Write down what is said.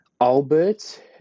Albert